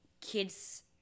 kids